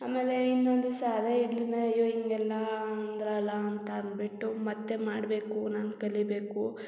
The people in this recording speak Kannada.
ಆಮೇಲೆ ಇನ್ನೊಂದು ದಿವಸ ಅದೇ ಇಡ್ಲಿನ ಅಯ್ಯೋ ಹಿಂಗೆಲ್ಲ ಅಂದರಲ್ಲ ಅಂತ ಅಂದುಬಿಟ್ಟು ಮತ್ತೆ ಮಾಡಬೇಕು ನಾನು ಕಲಿಯಬೇಕು